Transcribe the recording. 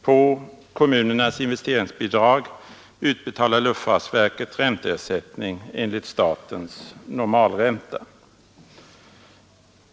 På kommunernas investeringsbidrag utbetalar luftfartsverket ränteersättning enligt statens normalränta.